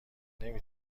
نمی